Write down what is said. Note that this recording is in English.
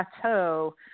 plateau